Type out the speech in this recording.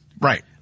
Right